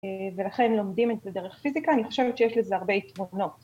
‫ולכן לומדים את זה דרך פיזיקה, ‫אני חושבת שיש לזה הרבה יתרונות.